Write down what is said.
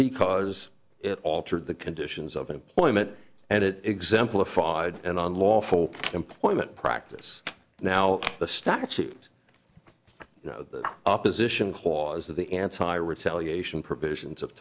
because it altered the conditions of employment and it exemplified and unlawful employment practice now the statute opposition clause of the anti retaliation provisions of